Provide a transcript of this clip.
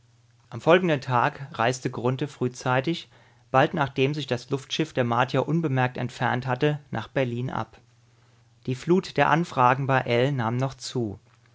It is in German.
am folgenden tag reiste grunthe frühzeitig bald nachdem sich das luftschiff der martier unbemerkt entfernt hatte nach berlin ab die flut der anfragen bei ell nahm noch zu